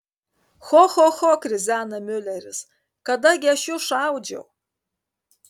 cho cho cho krizena miuleris kada gi aš jus šaudžiau